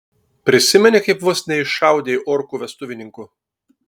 prisimeni kaip vos neiššaudei orkų vestuvininkų